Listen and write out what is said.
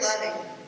loving